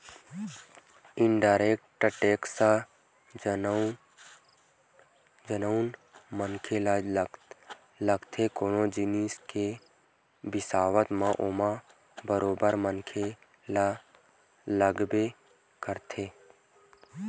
indirect tax जउन मनखे ल लगथे कोनो जिनिस के बिसावत म ओमा बरोबर मनखे ल लगबे करथे